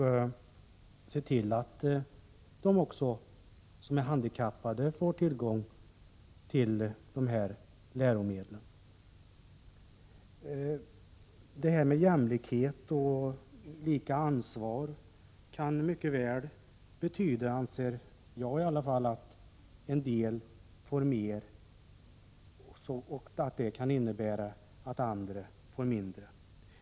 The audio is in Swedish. Vi måste se till att också de handikappade får tillgång till läromedel. Jämlikhet och lika ansvar kan mycket väl betyda att vissa får mer och vissa andra får mindre.